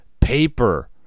paper